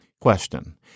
question